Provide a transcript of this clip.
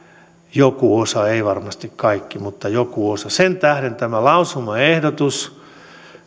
joku osa eivät varmasti kaikki mutta joku osa sen tähden on tämä lausumaehdotus